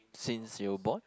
since you born